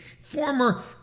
Former